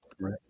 Right